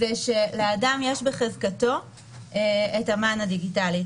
זה שלאדם יש בחזקתו את המען הדיגיטלי,